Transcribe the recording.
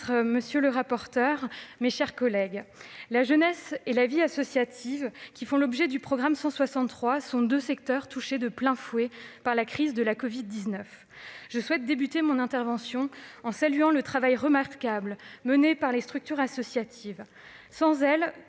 la secrétaire d'État, mes chers collègues, la jeunesse et la vie associative, qui font l'objet du programme 163, sont deux secteurs touchés de plein fouet par la crise de la covid-19. Je souhaite débuter mon intervention en saluant le travail remarquable mené par les structures associatives : sans elles,